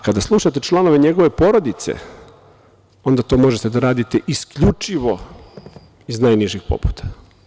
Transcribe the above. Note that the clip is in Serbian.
Kada slušate članove njegove porodice, onda to možete da radite isključivo iz najnižih pobuda.